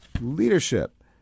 Leadership